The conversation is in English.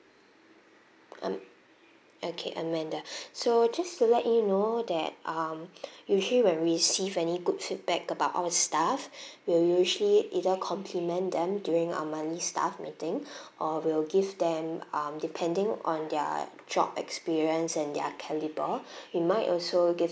um okay amanda so just to let you know that um usually when we receive any good feedback about our staff we'll usually either compliment them during our monthly staff meeting or we will give them um depending on their job experience and their calibre we might also give